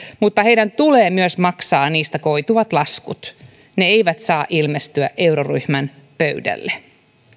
mutta heidän tulee myös maksaa niistä koituvat laskut ne eivät saa ilmestyä euroryhmän pöydälle